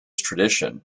tradition